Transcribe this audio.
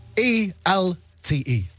E-L-T-E